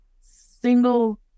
single